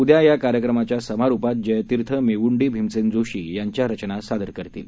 उद्यायाकार्यक्रमाच्यासमारोपातजयतीर्थमेवुंडीभीमसेनजोशीयांच्यारचनासादरकरतील